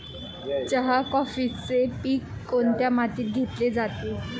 चहा, कॉफीचे पीक कोणत्या मातीत घेतले जाते?